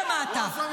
כל יום.